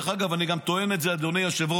אני גם טוען את זה, אדוני היושב-ראש,